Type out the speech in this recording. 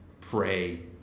pray